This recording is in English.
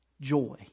joy